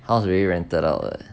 house already rented out [what]